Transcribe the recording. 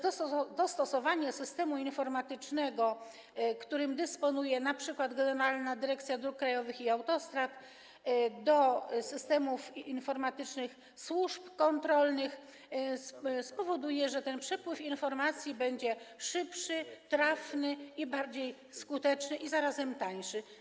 Dostosowanie systemu informatycznego, którym dysponuje np. Generalna Dyrekcja Dróg Krajowych i Autostrad, do systemów informatycznych służb kontrolnych spowoduje, że przepływ informacji będzie szybszy, trafny i bardziej skuteczny, a zarazem tańszy.